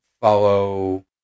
follow